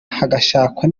hagashakwa